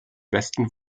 westen